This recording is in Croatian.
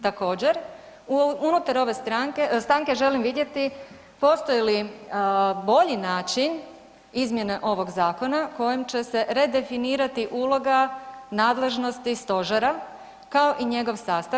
Također unutar ove stanke želim vidjeti postoji li bolji način izmjene ovog zakona kojom će se redefinirati uloga nadležnosti stožera kao i njegov sastav.